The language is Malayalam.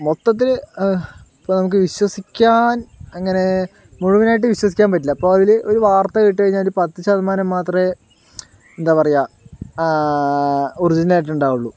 മൊത്തത്തിൽ ഇപ്പോൾ നമുക്ക് വിശ്വസിക്കാൻ അങ്ങനെ മുഴുവനായിട്ട് വിശ്വസിക്കാൻ പറ്റില്ല അപ്പോൾ അതില് ഒരു വാർത്ത കേട്ടുകഴിഞ്ഞാൽ ഒരു പത്ത് ശതമാനം മാത്രമേ എന്താ പറയുക ഒറിജിനൽ ആയിട്ടുണ്ടാവുള്ളൂ